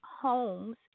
homes